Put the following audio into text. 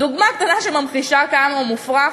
דוגמה קטנה שממחישה כמה הוא מופרך: